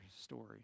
story